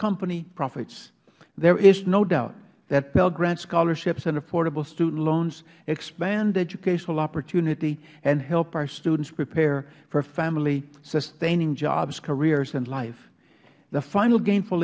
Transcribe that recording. company profits there is no doubt that pell grant scholarships and affordable student loans expand educational opportunity and help our students prepare for family sustaining jobs careers and life the final ga